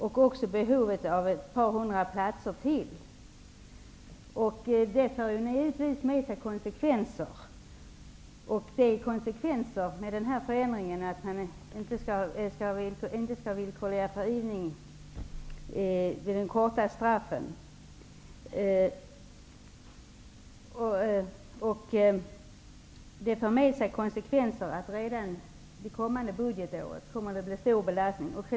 Det gällde även behovet av ett par hundra platser till. Det här för givetvis med sig konsekvenser. Konsekvenserna med förändringen av att inte ha en villkorlig frigivning vid korta straff är, att redan för det kommande budgetåret kommer det att bli en stor belastning på budgeten.